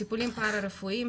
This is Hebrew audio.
טיפולים פרא רפואיים,